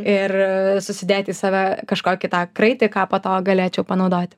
ir susidėt į save kažkokį tą kraitį ką po to galėčiau panaudoti